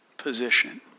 position